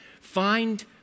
find